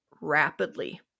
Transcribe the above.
rapidly